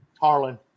Harlan